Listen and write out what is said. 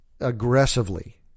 aggressively